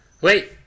Wait